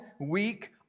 weak